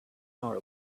nor